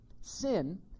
sin